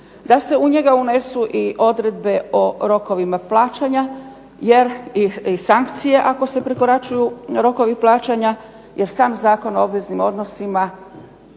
da se u njega unesu i odredbe o rokovima plaćanja i sankcije ako se prekoračuju rokovi plaćanja, jer sam Zakon o obveznim odnosima